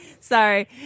Sorry